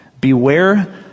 beware